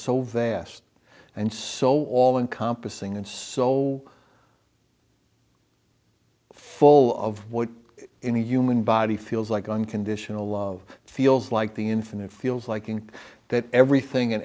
so vast and so all encompassing and so full of what any human body feels like unconditional love feels like the infinite feels like and that everything and